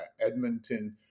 Edmonton